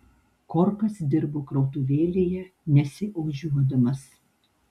korkas dirbo krautuvėlėje nesiožiuodamas